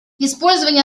использование